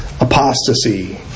apostasy